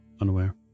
unaware